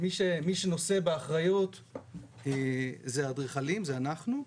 מי שנושא באחריות זה האדריכלים, זה אנחנו.